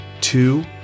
two